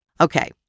Okay